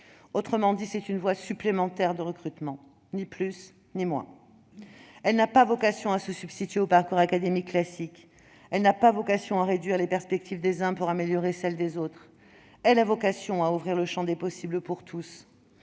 Autrement dit, c'est une voie supplémentaire de recrutement. Ni plus ni moins. Elle n'a pas vocation à se substituer au parcours académique classique ni à réduire les perspectives des uns pour améliorer celles des autres. En revanche, elle a vocation à ouvrir le champ des possibles pour tous